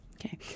Okay